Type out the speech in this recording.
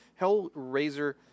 Hellraiser